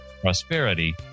prosperity